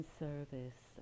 service